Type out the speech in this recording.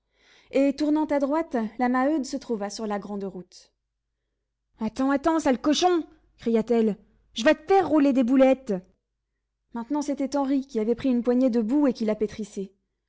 et tournant à droite la maheude se trouva sur la grande route attends attends sale cochon cria-t-elle je vas te faire rouler des boulettes maintenant c'était henri qui avait pris une poignée de boue et qui la pétrissait